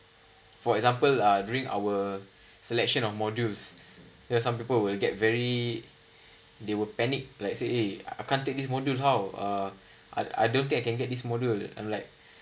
for example uh during our selection of modules there are some people will get very they were panic like say I can't take this module how uh I I don't think I can get this module I'm like